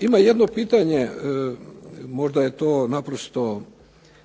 Ima jedno pitanje, možda je to naprosto